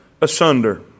asunder